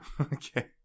okay